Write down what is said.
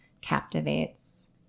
captivates